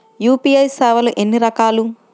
UPI సేవలు ఎన్నిరకాలు?